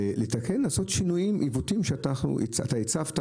לתקן ולעשות שינויים לעיוותים שאתה הצפת,